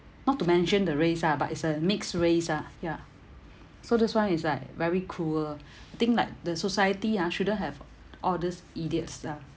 not to mention the race ah but it's a mixed race ah ya so this [one] is like very cruel I think like the society ah shouldn't have all these idiots ah